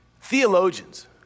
Theologians